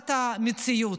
הבנת מציאות.